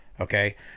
Okay